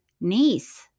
niece